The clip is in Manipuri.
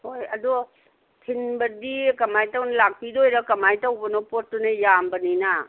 ꯍꯣꯏ ꯑꯗꯣ ꯊꯤꯟꯕꯗꯤ ꯀꯃꯥꯏ ꯇꯧꯅꯤ ꯂꯥꯛꯄꯤꯗꯣꯏꯔꯥ ꯀꯃꯥꯏ ꯇꯧꯕꯅꯣ ꯄꯣꯠꯇꯨꯅ ꯌꯥꯝꯕꯅꯤꯅ